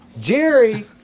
Jerry